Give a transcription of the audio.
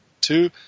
Two